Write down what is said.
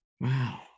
Wow